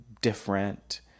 different